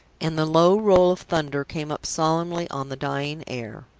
and the low roll of thunder came up solemnly on the dying air.